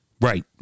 right